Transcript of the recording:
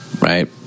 right